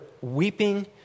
weeping